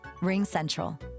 RingCentral